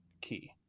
key